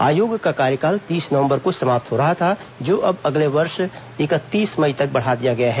आयोग का कार्यकाल तीस नवम्बर को समाप्त हो रहा था जो अब अगले वर्ष इकतीस मई तक बढ़ा दिया गया है